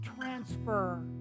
transfer